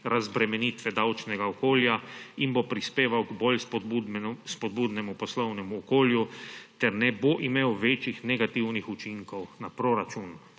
razbremenitve davčnega okolja in bo prispeval k bolj spodbudnemu poslovnemu okolju ter ne bo imel večjih negativnih učinkov na proračun.